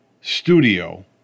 studio